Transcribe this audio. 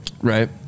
Right